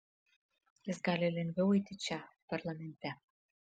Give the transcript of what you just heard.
jis gali lengviau eiti čia parlamente